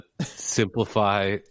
simplify